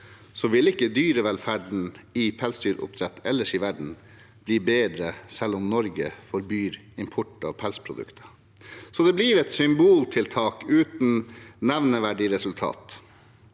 vil ikke dyrevelferden innen pelsdyroppdrett ellers i verden bli bedre selv om Norge forbyr import av pelsprodukter, så det blir et symboltiltak uten nevneverdig resultat.